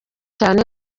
cyane